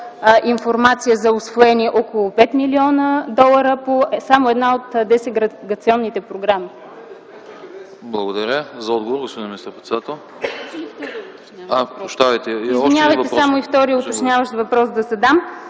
информация за усвоени около 5 млн. долара само по една от интеграционните програми.